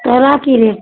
तोहरा कि रेट